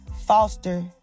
Foster